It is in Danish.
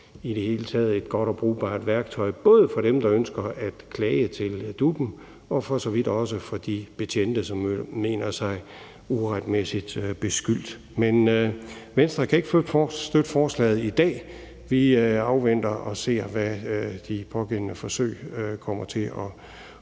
i det hele taget et godt og brugbart værktøj både for dem, der ønsker at klage til DUP'en, og for så vidt også for de betjente, der mener sig uretmæssigt beskyldt. Men Venstre kan ikke støtte forslaget i dag. Vi afventer og ser, hvad de pågældende forsøg kommer til at